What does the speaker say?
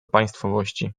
państwowości